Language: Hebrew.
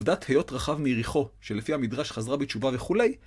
עובדת היות רחב מיריחו, שלפי המדרש חזרה בתשובה וכולי.